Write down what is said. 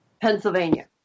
Pennsylvania